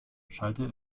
schallte